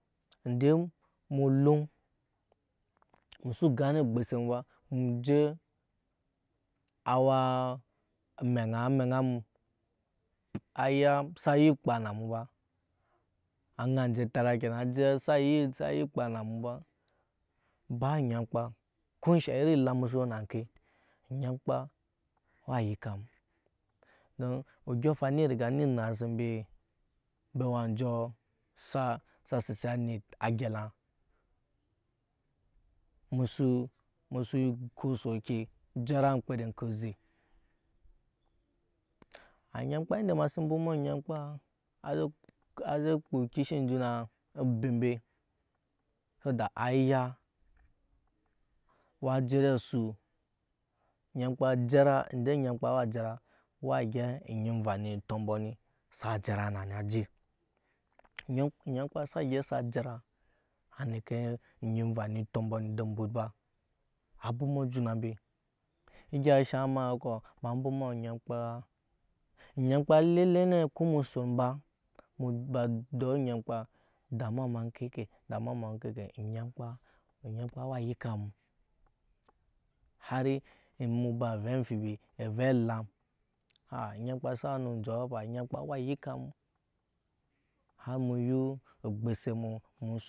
Ende emu loŋ musu gani obgose mu ba mu je awa meŋ a meŋa mu aya sa nyi kpa na mu ba aŋa anje antana kena a je sa nyi kpa na mu ba ba anyankpa ko ensha iri elaŋ musu we na ŋke anyamkpa wa yike amu don odyɔŋ anfaŋ ne riga nina se mbe bewa anjɔɔ sa sese anit age elaŋ musu ko soki jara emkpede ŋkɔ oze. anyanmkpa a ze kpuu kishi enjuna abe mbe so da a ya w aje ede asu ende nyamkpa a jara wa gyɛp onyi envani otɔmbɔ sa a jara na n a je onyamkpa sa yɛp sa jara a neke onyi enva ni otɔmbɔ ni ede embut ba a bwoma e juna be egya se shaŋ ma ko ema bowma onyankpa onyanmkpa ele ele ne ko emu sun baba dɔɔ onyamkpa o damuwa ma eŋke ke. damuwa ema eŋke ke onyamkpa wa yike amu har muba ovɛ amfibi ovɛ elam ha onyankpa sa we nu njɔɔ afa onyankpa wa yike amu har mu yu obgose mu mu san.